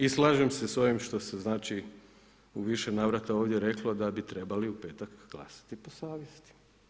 I slažem se s ovim što se u više navrata ovdje reklo da bi trebali u petak glasati po savjesti.